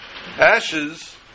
ashes